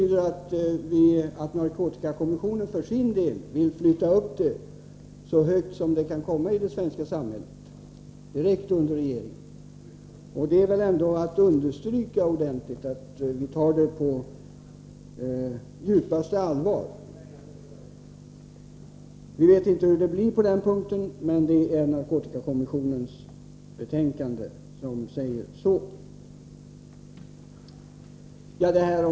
Det betyder att narkotikakommissionen för sin del vill flytta upp den så högt som något kan komma i det svenska samhället. Det är väl ändå att ordentligt understryka att vi tar saken på djupaste allvar. Vi vet inte hur det blir på den punkten, men narkotikakommissionens betänkande säger så.